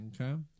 Okay